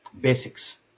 basics